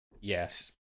Yes